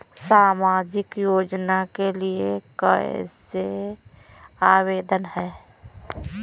सामाजिक योजना के लिए कैसे आवेदन करें?